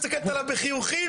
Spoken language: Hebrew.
מסתכלת עליו בחיוכים,